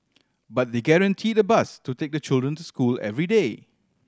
but they guaranteed a bus to take the children to school every day